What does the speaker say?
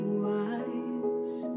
wise